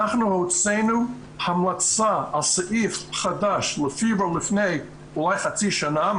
אנחנו הוצאנו המלצה על סעיף חדש לפיברו לפני אולי חצי שנה,